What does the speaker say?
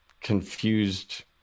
confused